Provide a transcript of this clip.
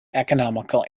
economical